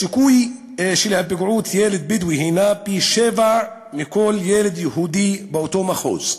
הסיכוי להיפגעות של ילד בדואי הנו פי-שבעה משל ילד יהודי באותו מחוז.